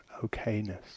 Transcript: okayness